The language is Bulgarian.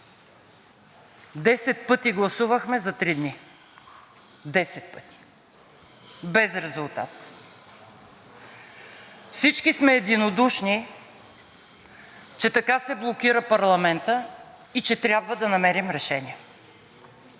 10 пъти гласувахме за три дни! Десет пъти без резултат! Всички сме единодушни, че така се блокира парламентът и че трябва да намерим решение.